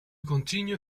continue